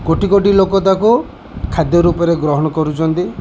କୋଟି କୋଟି ଲୋକ ତାକୁ ଖାଦ୍ୟ ରୂପରେ ଗ୍ରହଣ କରୁଛନ୍ତି